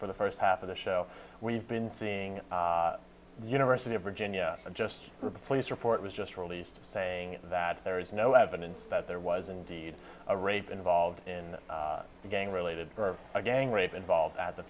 for the first half of the show we've been seeing university of virginia just the police report was just released saying that there is no evidence that there was indeed a rape involved in a gang related or a gang rape involved at the